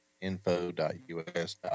.info.us